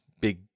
big